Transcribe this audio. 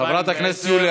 חברת הכנסת יוליה,